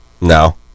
No